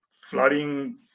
flooding